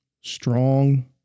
strong